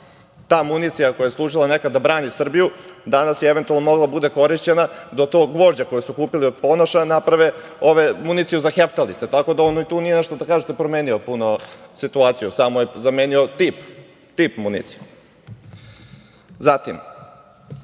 Ta municija koja je služila nekada da brani Srbiju danas je eventualno mogla da bude korišćena do tog gvožđa, koje su kupili od Ponoša, da naprave municiju za heftalice. Tako da on tu nije nešto promenio puno situaciju, samo je zamenio tip municije. Imajući